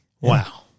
Wow